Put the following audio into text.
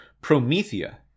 Promethea